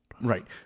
Right